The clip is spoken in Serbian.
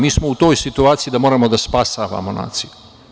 Mi smo u toj situaciji da moramo da spasavamo naciju.